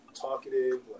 talkative